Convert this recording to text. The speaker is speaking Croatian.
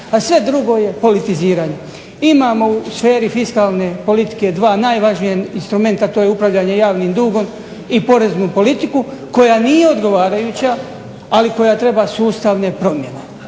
a sve drugo je politiziranje. Imamo u sferi fiskalne politike dva najvažnija instrumenta, to je upravljanje javnim dugom i poreznu politiku koja nije odgovarajuća, ali koja treba sustavne promjene